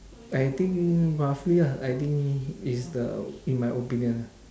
I think roughly uh I think is the in my opinion ah